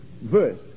verse